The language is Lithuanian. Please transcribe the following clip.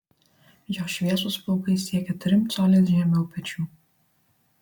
jo šviesūs plaukai siekia trim coliais žemiau pečių